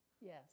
yes